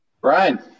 Brian